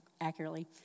accurately